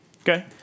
Okay